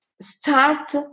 start